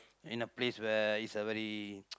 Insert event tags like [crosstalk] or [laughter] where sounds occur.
in a place where is very [noise]